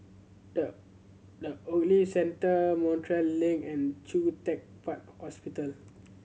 the The Ogilvy Centre Montreal Link and Choo Teck Puat Hospital